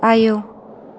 आयौ